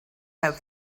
have